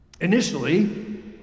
Initially